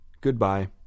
Goodbye